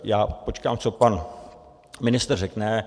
Já počkám, co pan ministr řekne.